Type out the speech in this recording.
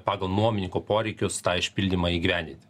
pagal nuomininko poreikius tą išpildymą įgyvendinti